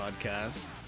podcast